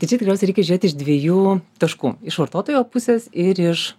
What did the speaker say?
tai čia tikriausiai reikia žiūrėt iš dviejų taškų iš vartotojo pusės ir iš